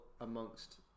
amongst